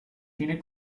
tiene